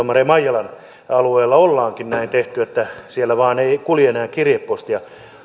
maria maijalan alueella ollaankin näin tehty että siellä vain ei kulje enää kirjepostia